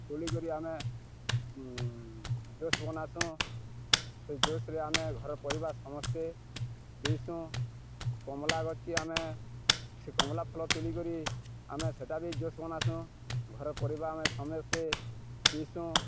ତୁଲିିକରି ଆମେ ଜୁସ୍ ବନାସୁଁ ସେ ଜୁସ୍ରେ ଆମେ ଘର ପରିବାର ସମସ୍ତେ ପିସୁଁ କମଳା ଗଚି ଆମେ ସେ କମଳା ଫଳ ତୁଲି କରି ଆମେ ସେଇଟା ବି ଜୁସ୍ ବନାସୁଁ ଘର ପରିବାର ଆମେ ସମସ୍ତେ ପିସୁଁ